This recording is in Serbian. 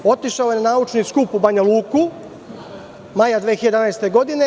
Otišao je na naučni skup u Banjaluku, maja 2011. godine.